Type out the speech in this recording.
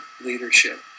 leadership